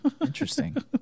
Interesting